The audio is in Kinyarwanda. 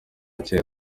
kera